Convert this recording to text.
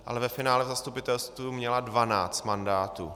Ale ve finále v zastupitelstvu měla dvanáct mandátů.